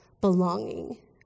belonging